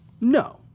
No